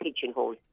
pigeonhole